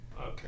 Okay